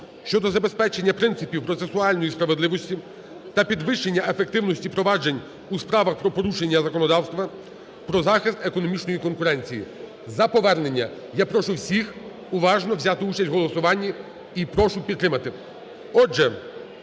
щодо забезпечення принципів процесуальної справедливості та підвищення ефективності впроваджень у справах про порушення законодавства про захист економічної конкуренції, за повернення. Я прошу всіх уважно взяти участь у голосуванні і прошу підтримати.